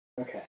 Okay